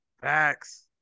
Facts